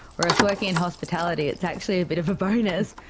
whereas working in hospitality it's actually a bit of a bonus.